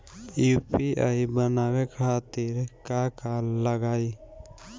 UPI बनावे खातिर का का लगाई?